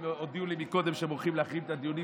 הם הודיעו לי קודם שהם הולכים להחרים את הדיונים,